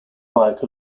bike